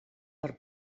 per